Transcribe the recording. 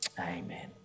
Amen